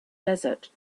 desert